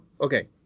okay